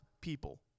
people